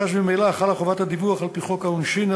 שאז ממילא חלה חובת הדיווח על-פי חוק העונשין,